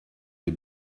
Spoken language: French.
les